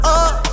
up